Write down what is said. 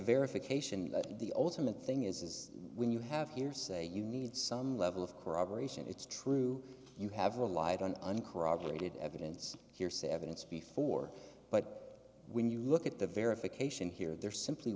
verification the ultimate thing is when you have hearsay you need some level of corroboration it's true you have relied on uncorroborated evidence hearsay evidence before but when you look at the verification here there simply